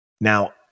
Now